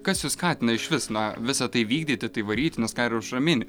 kas jus skatina išvis na visa tai vykdyti tai varyti nes ką ir aušra mini